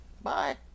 Bye